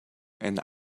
and